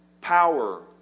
power